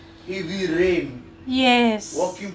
yes